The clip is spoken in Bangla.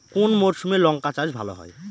কোন মরশুমে লঙ্কা চাষ ভালো হয়?